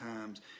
times